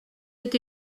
est